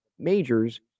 majors